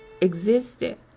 existed